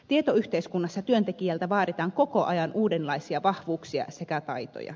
tietoyhteiskunnassa työntekijältä vaaditaan koko ajan uudenlaisia vahvuuksia sekä taitoja